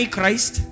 Christ